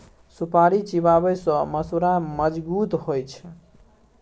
सुपारी चिबाबै सँ मसुरा मजगुत होइ छै